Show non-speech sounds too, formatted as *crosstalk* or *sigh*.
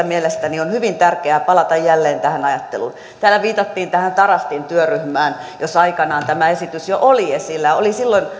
*unintelligible* mielestäni on hyvin tärkeää palata jälleen tähän ajatteluun täällä viitattiin tähän tarastin työryhmään jossa aikanaan tämä esitys jo oli esillä silloin oli